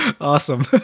awesome